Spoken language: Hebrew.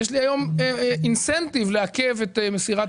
יש לי היום incentive לעכב את מסירת